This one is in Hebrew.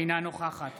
אינה נוכחת